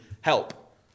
help